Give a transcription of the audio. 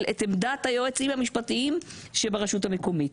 את עמדת היועצים המשפטיים שברשות המקומית,